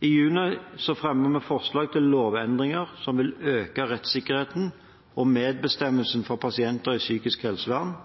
I juni fremmet vi forslag til lovendringer som vil øke rettssikkerheten og medbestemmelsen for pasienter i psykisk helsevern,